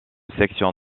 section